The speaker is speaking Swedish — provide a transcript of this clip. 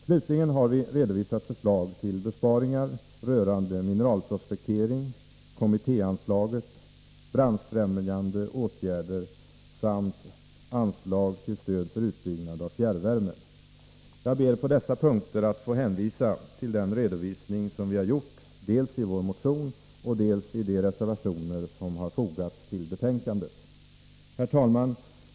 Slutligen har vi redovisat förslag till besparingar rörande mineralprospektering, kommittéanslaget, branschfrämjande åtgärder och utbyggnad av fjärrvärme. Jag ber på dessa punkter att få hänvisa till den redovisning som vi har gjort dels i vår motion, dels i de reservationer som fogats till betänkandet. Herr talman!